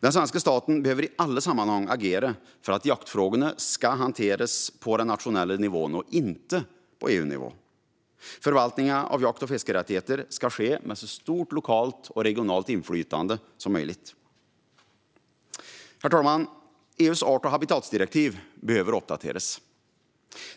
Den svenska staten behöver i alla sammanhang agera för att jaktfrågorna ska hanteras på den nationella nivån och inte på EU-nivå. Förvaltningen av jakt och fiskerättigheter ska ske med så stort lokalt och regionalt inflytande som möjligt. Herr talman! EU:s art och habitatdirektiv behöver uppdateras.